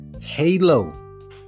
halo